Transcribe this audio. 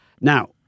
Now